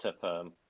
firm